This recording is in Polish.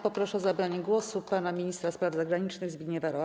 Proszę o zabranie głosu pana ministra spraw zagranicznych Zbigniewa Raua.